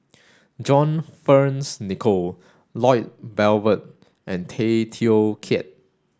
John Fearns Nicoll Lloyd Valberg and Tay Teow Kiat